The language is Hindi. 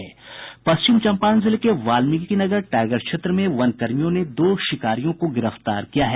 पश्चिम चंपारण जिले के वाल्मिकीगनर टाईगर क्षेत्र में वनकर्मियों ने दो शिकारियों को गिरफ्तार किया है